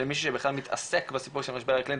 של מי שבכלל מתעסק בסיפור של המשבר האקלים,